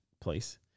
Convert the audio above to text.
place